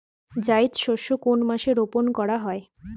জায়িদ শস্য কোন মাসে রোপণ করা হয়?